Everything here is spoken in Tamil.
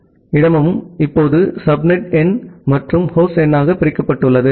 எனவே இந்த முழு ஹோஸ்ட் எண் இடமும் இப்போது சப்நெட் எண் மற்றும் ஹோஸ்ட் எண்ணாக பிரிக்கப்பட்டுள்ளது